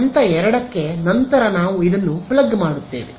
ಹಂತ 2 ಕ್ಕೆ ನಂತರ ನಾವು ಇದನ್ನು ಪ್ಲಗ್ ಮಾಡುತ್ತೇವೆ